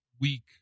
weak